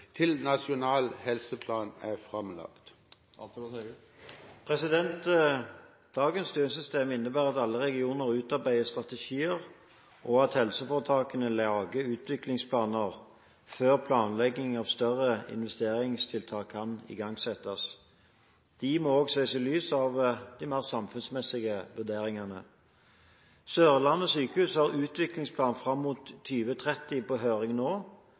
til nasjonal helseplan er lagt fram?» Dagens styringssystem innebærer at alle regioner utarbeider strategier, og at helseforetakene lager utviklingsplaner før planlegging av større investeringstiltak kan igangsettes. Disse må også ses i lys av de mer samfunnsmessige vurderingene. Sørlandet sykehus har utviklingsplan fram mot 2030 på høring nå,